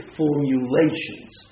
formulations